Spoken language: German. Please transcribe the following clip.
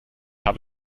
habe